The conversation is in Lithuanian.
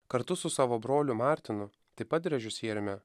kartu su savo broliu martinu taip pat režisieriumi